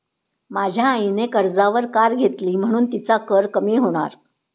माझ्या आईने कर्जावर कार घेतली म्हणुन तिचा कर कमी होणार